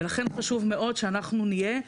ולכן חשוב מאוד שאנחנו נהיה,